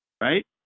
Right